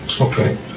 Okay